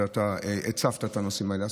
ואתה הצפת את הנושאים האלה.